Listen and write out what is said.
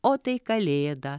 o tai kalėda